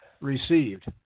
received